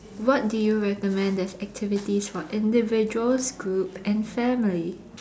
what do you recommend as activities for individuals group and family